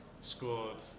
scored